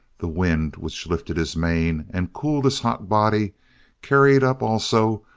the wind which lifted his mane and cooled his hot body carried up, also,